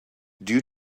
due